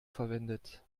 verwendet